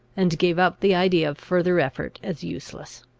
and gave up the idea of further effort as useless.